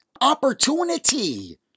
opportunity